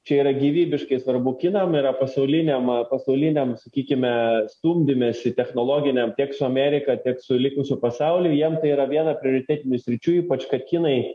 čia yra gyvybiškai svarbu kinam yra pasauliniam pasauliniam sakykime stumdymesi technologiniam tiek su amerika tiek su likusiu pasauliu jiem tai yra viena prioritetinių sričių ypač kad kinai